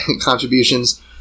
contributions